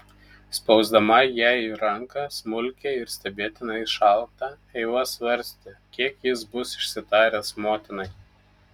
spausdama jai ranką smulkią ir stebėtinai šaltą eiva svarstė kiek jis bus išsitaręs motinai